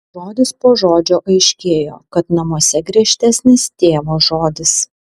žodis po žodžio aiškėjo kad namuose griežtesnis tėvo žodis